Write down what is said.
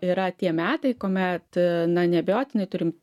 yra tie metai kuomet na neabejotinai turim